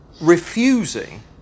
refusing